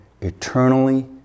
eternally